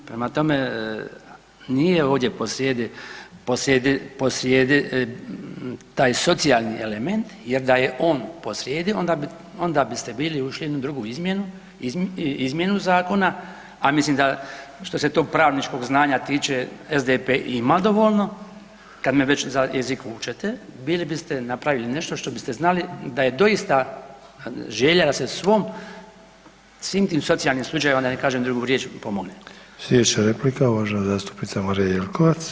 Prema tome, nije ovdje posrijedi taj socijalni element, jer da je on posrijedi onda biste bili ušli na drugu izmjenu zakona, a mislim da što se tog pravničkog znanja tiče SDP-e ima dovoljno kada me već za jezik vučete, bili biste napravili nešto što biste znali da je doista želja da se svim tim socijalnim slučajevima da ne kažem drugu riječ pomogne.